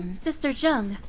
sister zheng,